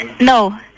No